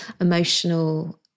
emotional